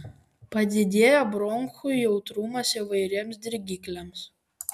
padidėja bronchų jautrumas įvairiems dirgikliams